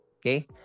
Okay